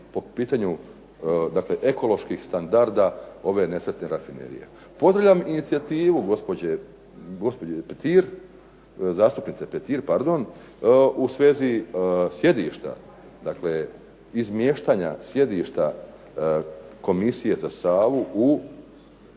po pitanju ekoloških standarda ove nesretne rafinerije. Pozdravljam i inicijativu gospođe Petir, zastupnice Petir, pardon u svezi sjedišta izmještanja sjedišta komisije za Savu u